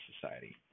Society